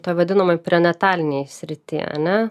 ta vadinamoj prenatalinėje srity ar ne